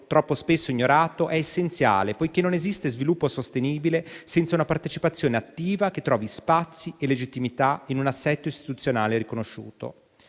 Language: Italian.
troppo spesso ignorato, è essenziale, poiché non esiste sviluppo sostenibile senza una partecipazione attiva che trovi spazi e legittimità in un assetto istituzionale riconosciuto.